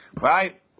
Right